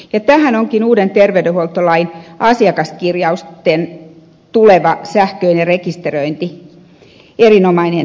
ja tähän onkin uuden terveydenhuoltolain asiakaskirjausten tuleva sähköinen rekisteröinti erinomainen työkalu